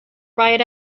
ride